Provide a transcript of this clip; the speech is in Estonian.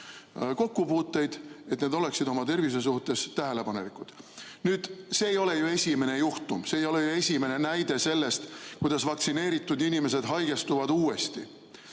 kokkupuuteid, et nad oleksid oma tervise suhtes tähelepanelikud. See ei ole ju esimene juhtum, see ei ole esimene näide sellest, et vaktsineeritud inimesed haigestuvad.